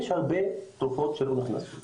יש הרבה תרופות שלא נכנסו.